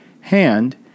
hand